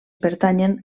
pertanyen